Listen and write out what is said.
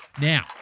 Now